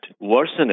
worsening